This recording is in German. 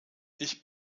ich